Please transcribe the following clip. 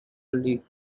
league